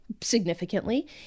significantly